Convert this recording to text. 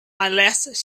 unless